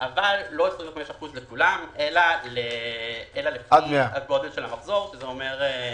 אבל לא 25% לכולם אלא עד גודל המחזור,